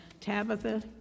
Tabitha